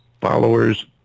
followers